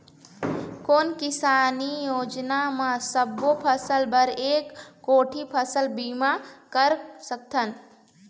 कोन किसानी योजना म सबों फ़सल बर एक कोठी फ़सल बीमा कर सकथन?